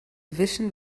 vision